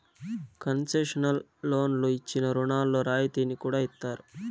concessional లోన్లు ఇచ్చిన రుణాల్లో రాయితీని కూడా ఇత్తారు